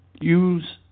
Use